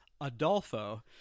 Adolfo